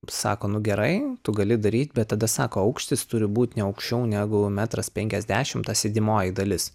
sako nu gerai tu gali daryt bet tada sako aukštis turi būt ne aukščiau negu metras penkiasdešim ta sėdimoji dalis